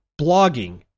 blogging